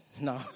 no